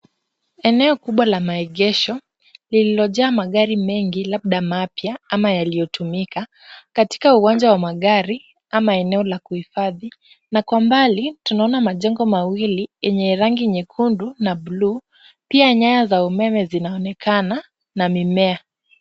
Eneo kubwa la maegesho lililojaa magari mengi labda mapya ama yaliyotumika katika uwanja wa magari ama eneo la kuhifadhi na kwa mbali tunaona majengo mawili yenye rangi nyekundu na bluu pia nyaya za umeme zinaonekana na mimea.